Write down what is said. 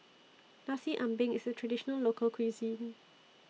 Nasi Ambeng IS A Traditional Local Cuisine